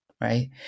right